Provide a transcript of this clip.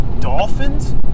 Dolphins